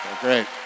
Great